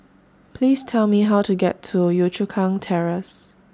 Please Tell Me How to get to Yio Chu Kang Terrace